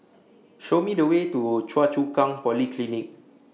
Show Me The Way to Choa Chu Kang Polyclinic